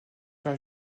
par